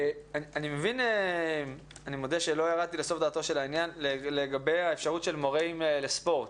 אני מודה שלא ירדתי לסוף דעתך לגבי האפשרות של מורים לספורט,